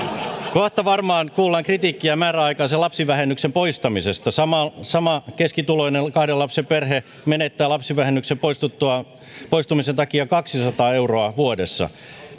kohta varmaan kuullaan kritiikkiä määräaikaisen lapsivähennyksen poistamisesta sama sama keskituloinen kahden lapsen perhe menettää lapsivähennyksen poistumisen takia kaksisataa euroa vuodessa